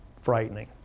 frightening